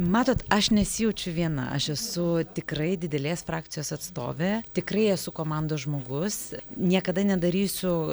matot aš nesijaučiu viena aš esu tikrai didelės frakcijos atstovė tikrai esu komandos žmogus niekada nedarysiu